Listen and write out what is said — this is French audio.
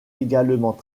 également